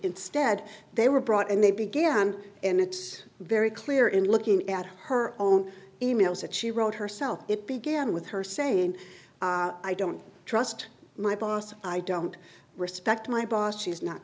instead they were brought in they began and it's very clear in looking at her own e mails that she wrote herself it began with her saying i don't trust my boss i don't respect my boss she's not